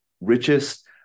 richest